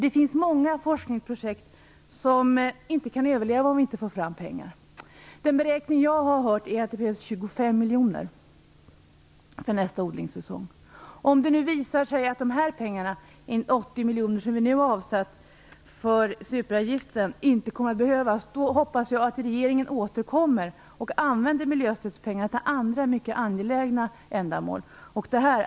Det finns många forskningsprojekt som inte kan överleva om vi inte får fram pengar. Den beräkning jag har hört är att det behövs 25 miljoner för nästa odlingssäsong. Om det nu visar sig att dessa pengar - de 80 miljoner som vi nu avsatt för superavgiften - inte kommer att behövas hoppas jag att regeringen återkommer och använder miljöstödspengarna till andra mycket angelägna ändamål.